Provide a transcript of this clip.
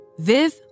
Viv